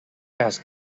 cas